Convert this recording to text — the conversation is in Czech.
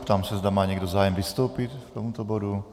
Ptám se, zda má někdo zájem vystoupit k tomuto bodu.